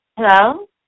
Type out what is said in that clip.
Hello